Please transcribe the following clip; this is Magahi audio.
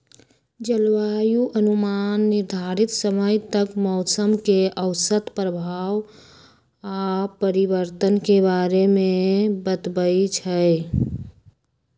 जलवायु अनुमान निर्धारित समय तक मौसम के औसत प्रभाव आऽ परिवर्तन के बारे में बतबइ छइ